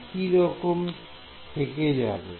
একই রকম থেকে যাবে